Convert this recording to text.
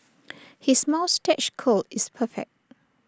his moustache curl is perfect